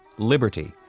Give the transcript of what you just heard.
liberty,